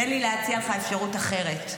תן לי להציע לך אפשרות אחרת: